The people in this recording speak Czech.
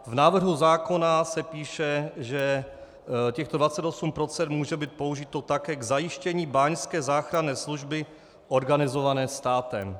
V návrhu zákona se píše, že těchto 28 % může být použito také k zajištění báňské záchranné služby organizované státem.